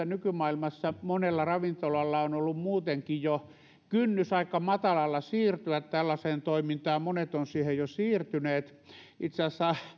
nykymaailmassa monella ravintolalla on ollut muutenkin jo kynnys aika matalalla siirtyä tällaiseen toimintaan monet ovat siihen jo siirtyneet eilen itse asiassa